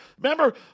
Remember